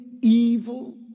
evil